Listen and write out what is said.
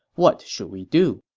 what should we do?